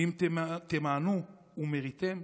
ואם תמאנו ומריתם,